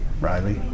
Riley